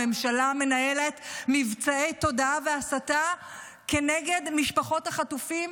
הממשלה מנהלת מבצעי תודעה והסתה נגד משפחות החטופים,